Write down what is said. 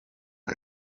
spy